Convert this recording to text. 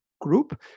group